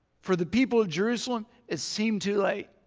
for the people of jerusalem it seemed too late.